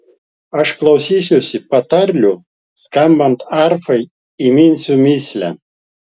aš klausysiuosi patarlių skambant arfai įminsiu mįslę